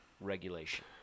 regulation